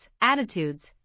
attitudes